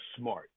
smart